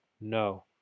no